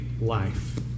life